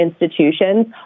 institutions